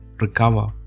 recover